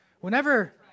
Whenever